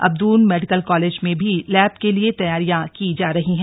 अब द्ल medical college में भी लैब के लिए तैयारियां की जा रही है